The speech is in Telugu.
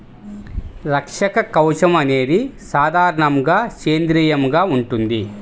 రక్షక కవచం అనేది సాధారణంగా సేంద్రీయంగా ఉంటుంది